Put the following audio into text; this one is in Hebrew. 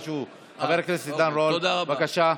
חבר הכנסת עידן רול, בבקשה.